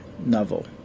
novel